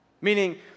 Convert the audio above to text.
Meaning